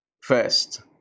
first